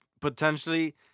potentially